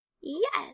Yes